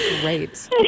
Great